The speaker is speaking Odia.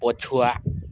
ପଛୁଆ